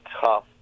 tough